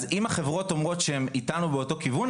אם החברות אומרות שהן איתנו באותו כיוון,